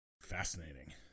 Fascinating